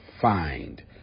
find